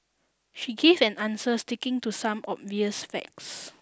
she give an answer sticking to some obvious facts